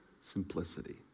simplicity